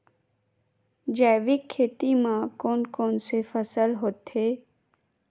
जैविक खेती म कोन कोन से फसल होथे?